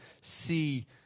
see